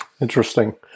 Interesting